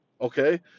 okay